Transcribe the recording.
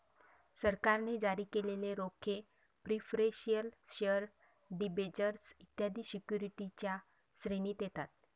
सरकारने जारी केलेले रोखे प्रिफरेंशियल शेअर डिबेंचर्स इत्यादी सिक्युरिटीजच्या श्रेणीत येतात